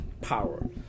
power